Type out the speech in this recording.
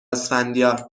اسفندیار